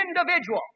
individual